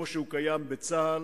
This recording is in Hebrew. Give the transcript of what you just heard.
כמו שקיים בצה"ל.